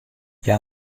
hja